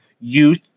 youth